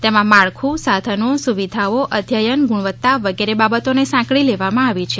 તેમાં માળખું સાધનો સુવિધાઓ અધ્યયન ગુણવત્તા વગેરે બાબતોને સાંસકળી લેવામાં આવી છે